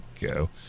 go